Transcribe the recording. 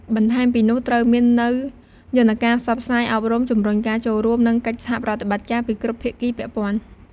បន្ថែមពីនោះត្រូវមាននូវយន្តការផ្សព្វផ្សាយអប់រំ ជំរុញការចូលរួម និងកិច្ចសហប្រតិបត្តិការពីគ្រប់ភាគីពាក់ព័ន្ធ។